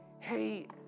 Hey